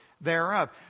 thereof